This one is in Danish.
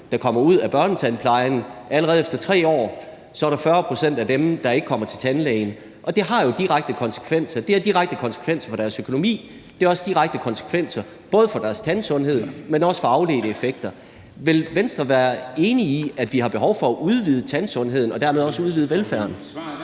der kommer ud af børnetandplejen, allerede 3 år efter ikke kommer til tandlægen, og det har jo direkte konsekvenser. Det har direkte konsekvenser for deres økonomi, det har også direkte konsekvenser for deres tandsundhed og konsekvenser i form af afledte effekter. Vil Venstre være enig i, at vi har behov for at udvide tandsundheden og dermed også udvide velfærden?